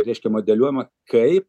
reiškia modeliuojama kaip